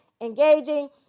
engaging